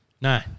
No